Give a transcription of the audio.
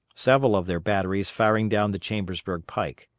several of their batteries firing down the chambersburg pike.